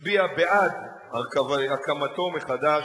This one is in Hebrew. הצביעה בעד הקמתו מחדש